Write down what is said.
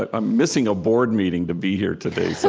but i'm missing a board meeting to be here today. so